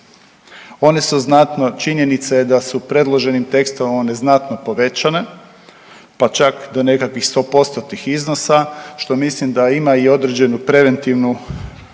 One su znatno činjenica je da su predloženim tekstom one znatno povećane, pa čak do nekakvih i stopostotnih iznosa što mislim da ima i određenu preventivnu aktivnost